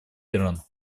иран